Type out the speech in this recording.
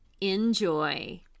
Enjoy